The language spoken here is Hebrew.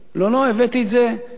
הבאתי את זה כחבר כנסת,